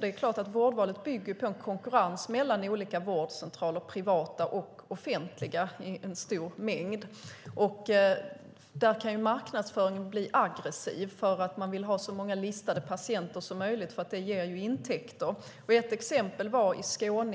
Det är klart att vårdvalet bygger på en konkurrens mellan olika vårdcentraler, privata och offentliga, i en stor mängd. Där kan marknadsföringen bli aggressiv för att man vill ha så många listade patienter som möjligt eftersom det ger intäkter. Ett exempel var i Ängelholm